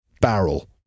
barrel